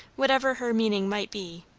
whatever her meaning might be,